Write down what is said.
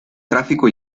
tráfico